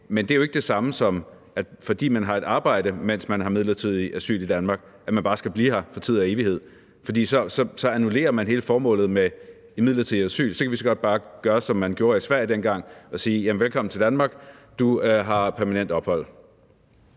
Men det er jo ikke det samme som, at man, fordi man har et arbejde i Danmark, bare skal blive her for tid og evighed, for så annullerer vi hele formålet med midlertidigt asyl. Så kan vi lige så godt gøre, som man gjorde i Sverige dengang, og sige: Velkommen til Danmark, du har permanent ophold!